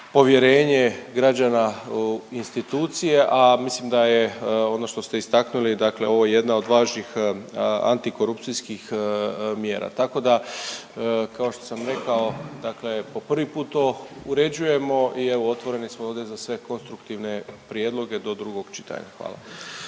povjerenje građana u institucije, a mislim da je ono što ste istaknuli, dakle ovo jedna od važnih antikorupcijskih mjera. Tako da kao što sam rekao dakle po prvi put to uređujemo i evo otvoreni smo ovdje za sve konstruktivne prijedloge do drugog čitanja. Hvala.